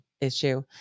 issue